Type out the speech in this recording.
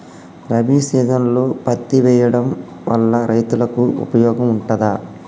రబీ సీజన్లో పత్తి వేయడం వల్ల రైతులకు ఉపయోగం ఉంటదా?